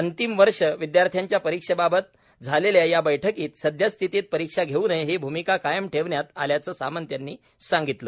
अंतिम वर्ष विद्यार्थ्यांच्या परीक्षेबाबत झालेल्या या बैठकीत सद्यस्थितीत परीक्षा घेऊ नये ही भूमिका कायम ठेवण्यात आल्याचं सामंत यांनी सांगितलं